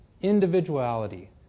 Individuality